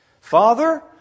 Father